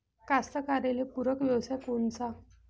कास्तकाराइले पूरक व्यवसाय कोनचा?